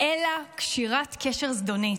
אלא קשירת קשר זדונית.